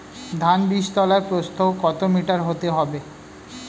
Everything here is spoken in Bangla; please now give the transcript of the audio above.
ধান বীজতলার প্রস্থ কত মিটার হতে হবে?